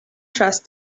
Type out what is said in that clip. trust